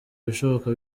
ibishoboka